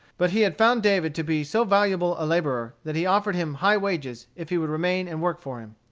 but he had found david to be so valuable a laborer that he offered him high wages if he would remain and work for him.